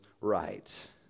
right